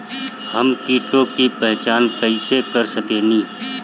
हम कीटों की पहचान कईसे कर सकेनी?